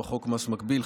54. חוק מס מקביל,